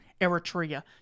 Eritrea